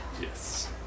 Yes